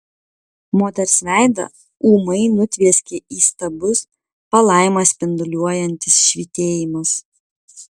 moters veidą ūmai nutvieskė įstabus palaimą spinduliuojantis švytėjimas